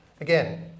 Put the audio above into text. again